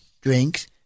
drinks